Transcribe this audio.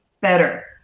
better